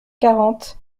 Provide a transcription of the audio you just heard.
quarante